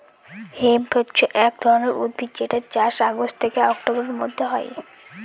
hemp হছে এক ধরনের উদ্ভিদ যেটার চাষ অগাস্ট থেকে অক্টোবরের মধ্যে হয়